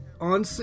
on